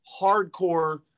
hardcore